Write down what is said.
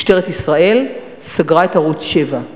משטרת ישראל סגרה את ערוץ-7.